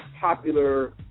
popular